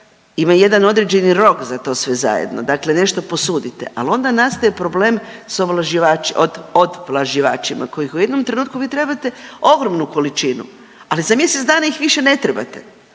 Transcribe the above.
ima jedan određeni rok za to sve zajedno, dakle nešto posudite, ali onda nastaje problem s odvlaživačima kojih u jednom trenutku vi trebate ogromnu količinu, ali za mjesec dana ih više ne trebate.